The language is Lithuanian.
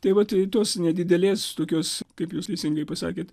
tai vat tos nedidelės tokios kaip jūs teisingai pasakėt